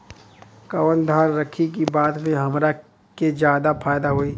कवन फसल रखी कि बाद में हमरा के ज्यादा फायदा होयी?